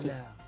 Now